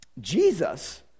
Jesus